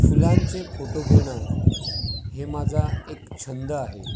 फुलांचे फोटो घेणं हे माझा एक छंद आहे